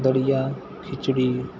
ਦਲੀਆ ਖਿਚੜੀ